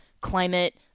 climate